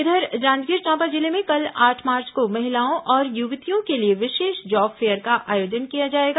इधर जांजगीर चांपा जिले में कल आठ मार्च को महिलाओं और युवतियों के लिए विशेष जॉब फेयर का आयोजन किया जाएगा